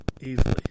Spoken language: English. Easily